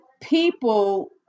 people